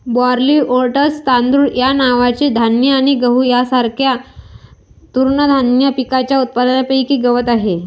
barley, oats, तांदूळ, rye नावाचे धान्य आणि गहू यांसारख्या तृणधान्य पिकांच्या उत्पादनापैकी गवत आहे